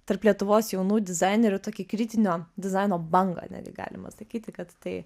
tarp lietuvos jaunų dizainerių tokį kritinio dizaino bangą netgi galima sakyti kad tai